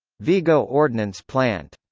vigo ordnance plant